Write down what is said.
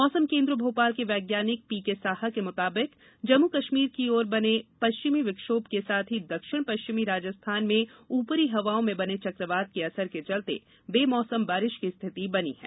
मौसम केन्द्र भोपाल के वैज्ञानिक पी के साहा के मुताबिक जम्मू कश्मीर की ओर बने पश्चिमी विक्षोभ के साथ ही दक्षिण पश्चिमी राजस्थान में ऊपरी हवाओं में बने चक्रवात के असर के चलते बेमौसम बारिश की स्थिति बनी है